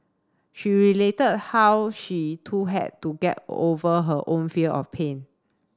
she related how she too had to get over her own fear of pain